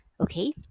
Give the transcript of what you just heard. okay